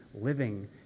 living